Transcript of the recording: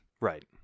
right